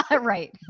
Right